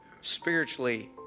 spiritually